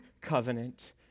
covenant